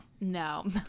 No